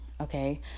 Okay